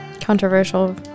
controversial